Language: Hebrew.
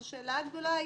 יש שאלה גדולה.